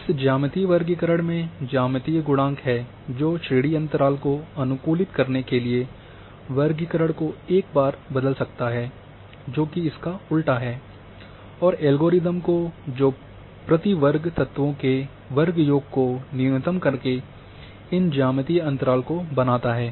इस ज्यामितीय वर्गीकरण में ज्यामितीय गुणांक है जो श्रेणी अंतराल को अनुकूलित करने के लिए वर्गीकरण को एक बार बदल सकता है जोकि इसका उलटा है और एल्गोरिथ्म को जो प्रति वर्ग तत्वों के वर्ग योग को न्यूनतम करके इन ज्यामितीय अंतराल को बनाता है